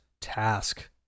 task